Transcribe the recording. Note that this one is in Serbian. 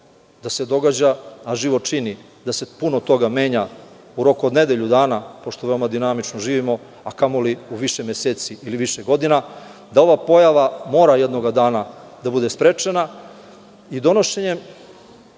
da se događa, a život čini da se puno toga menja u roku od nedelju dana pošto veoma dinamično živimo, a kamoli u više meseci ili više godina, da ova pojava mora jednoga dana da bude sprečena. Donošenjem